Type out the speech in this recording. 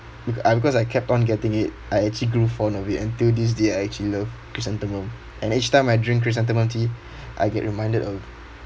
uh because I kept on getting it I actually grew fond of it until this day I actually love chrysanthemum and each time I drink chrysanthemum tea I get reminded of